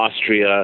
Austria